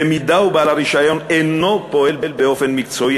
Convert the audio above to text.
במידה שבעל הרישיון אינו פועל באופן מקצועי,